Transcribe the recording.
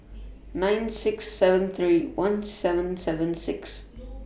nine six seven three one seven seven six